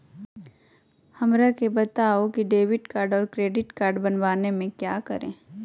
हमरा के बताओ की डेबिट कार्ड और क्रेडिट कार्ड बनवाने में क्या करें?